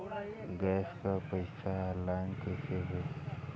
Gas क पैसा online कइसे होई?